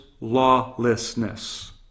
lawlessness